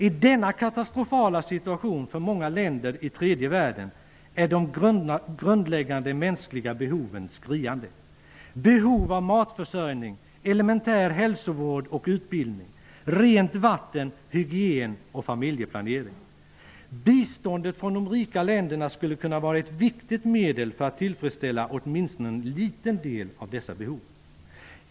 I denna katastrofala situation för många länder i tredje världen är de grundläggande mänskliga behoven skriande: behov av matförsörjning, elementär hälsovård och utbildning, rent vatten, hygien och familjeplanering. Biståndet från de rika länderna skulle kunna vara ett viktigt medel för att tillfredsställa åtminstone en liten del av dessa behov.